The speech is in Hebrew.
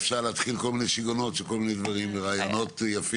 אפשר להתחיל כל מיני שיגעונות של כל מיני דברים ורעיונות יפים,